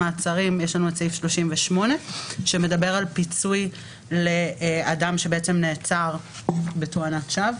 מעצרים) שמדבר על פיצוי לאדם שנעצר בתואנת שווא,